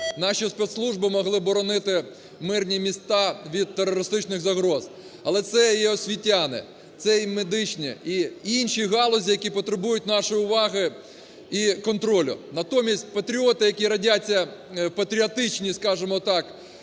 наші спецслужби могли боронити мирні міста від терористичних загроз. Але це і освітяни, це і медичні і інші галузі, які потребують нашої уваги і контролю. Натомість патріоти, які рядяться в патріотичні, скажемо так,